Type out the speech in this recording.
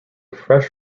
fresh